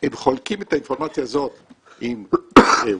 והם חולקים את האינפורמציה הזאת עם וייז,